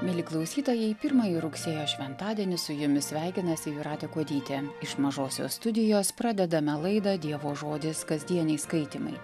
mieli klausytojai pirmąjį rugsėjo šventadienį su jumis sveikinasi jūratė kuodytė iš mažosios studijos pradedame laidą dievo žodis kasdieniai skaitymai